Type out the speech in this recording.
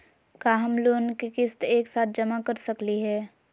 का हम लोन के किस्त एक साथ जमा कर सकली हे?